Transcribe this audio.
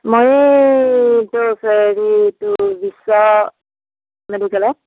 মই এই হেৰিটো বিশ্ব মেডিকেলত